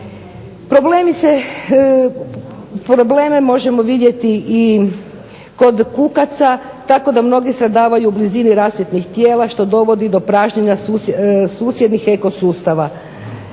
Probleme možemo vidjeti i kod kukaca, tako da mnogi stradavaju u blizini rasvjetnih tijela što dovodi do pražnjenja susjednih eko sustava.